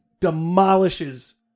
demolishes